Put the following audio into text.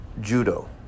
judo